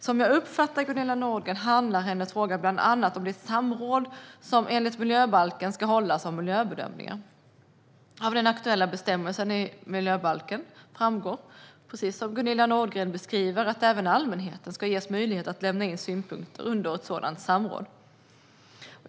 Som jag uppfattar Gunilla Nordgren handlar hennes fråga bland annat om det samråd som enligt miljöbalken ska hållas om miljöbedömningar. Av den aktuella bestämmelsen i miljöbalken framgår som Gunilla Nordgren beskriver att även allmänheten ska ges möjlighet att lämna synpunkter under ett sådant samråd.